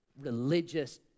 religious